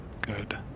Good